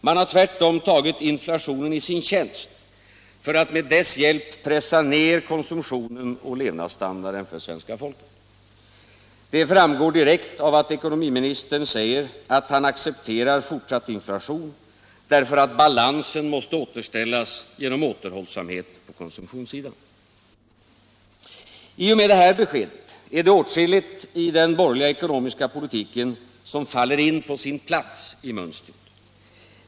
Man har tvärtom tagit inflationen i sin tjänst för att med dess hjälp pressa ner konsumtionen och levnadsstandarden för svenska folket. Det framgår direkt av att ekonomiministern säger att han accepterar fortsatt inflation därför att balansen måste återställas genom återhållsamhet på konsumtionssidan. I och med detta besked är det åtskilligt i den borgerliga ekonomiska politiken som faller in på sin plats i mönstret.